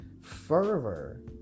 fervor